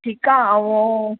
ठीक आहे ऐं